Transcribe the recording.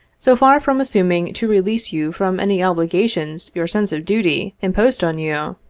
so far from assuming to release you from any obligations your sense of duty imposed on you,